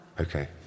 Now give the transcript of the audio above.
Okay